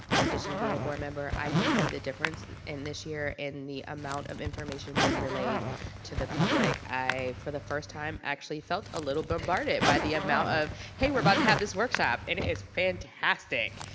in addition to being a board member, i can see the difference in this year in the amount of information being relayed to the public. i for the first time actually felt a little bombarded by the amount of, hey, we're about to have this workshop. it is fantastic,